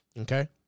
okay